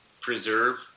preserve